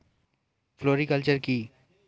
Floriculture কি?